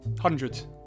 Hundreds